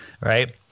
right